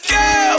go